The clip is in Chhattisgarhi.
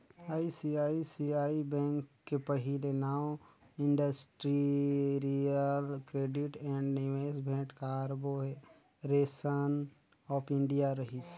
आई.सी.आई.सी.आई बेंक के पहिले नांव इंडस्टिरियल क्रेडिट ऐंड निवेस भेंट कारबो रेसन आँफ इंडिया रहिस